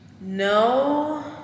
No